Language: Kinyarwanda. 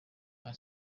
nta